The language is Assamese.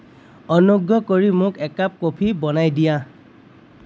অনুগ্ৰহ কৰি মোক একাপ কফি বনাই দিয়া